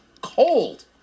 cold